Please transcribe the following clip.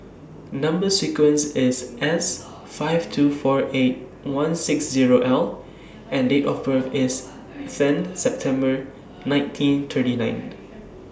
Number sequence IS S five two four eight one six Zero L and Date of birth IS ten September nineteen thirty nine